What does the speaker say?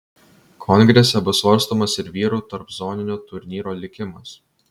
kongrese bus svarstomas ir vyrų tarpzoninio turnyro likimas